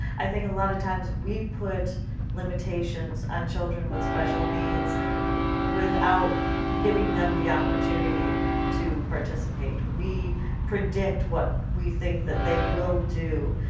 i think a lot of times we put limitations on children with special needs without giving them the opportunity to participate. we predict what we think that they will do,